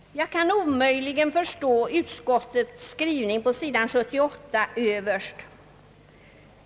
Jag kan omöjligen förstå utskottets uttalande på sidan 78 överst.